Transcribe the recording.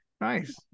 nice